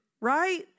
right